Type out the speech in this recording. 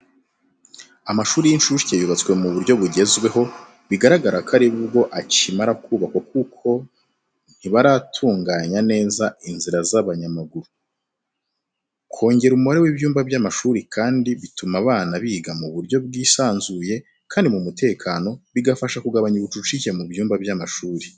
Amashuri y'incuke yubatswe ku buryo bugezweho, bigaragara ko ari bwo akimara kubakwa kuko ntibaratunganya neza inzira z'abanyamaguru. Kongera umubare w'ibyumba by'amashuri kandi bituma abana biga mu buryo bwisanzuye kandi mu mutekano, bigafasha kugabanya ubucucike mu byumba by’amashuri.